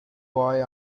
boy